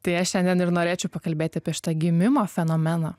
tai aš šiandien ir norėčiau pakalbėti apie šitą gimimo fenomeną